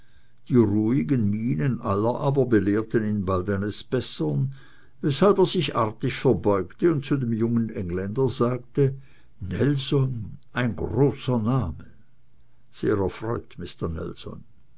die ruhigen mienen aller aber belehrten ihn bald eines besseren weshalb er sich artig verbeugte und zu dem jungen engländer sagte nelson ein großer name sehr erfreut mister